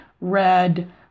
red